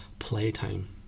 playtime